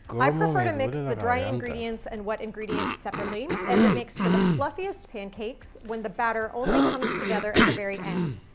i prefer to mix the dry ingredients and wet ingredients separately, as it makes for the fluffiest pancakes when the batter only comes together at the very end.